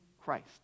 Christ